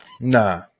nah